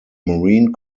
marine